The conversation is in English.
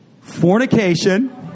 Fornication